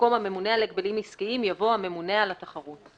במקום "הממונה על הגבלים עסקיים" יבוא "הממונה על התחרות";